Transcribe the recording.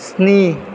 स्नि